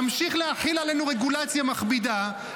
תמשיך להחיל עלינו רגולציה מכבידה.